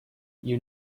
you